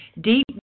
deep